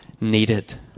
needed